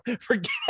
Forget